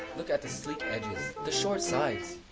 look at the sleek edges, the short sides!